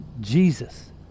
Jesus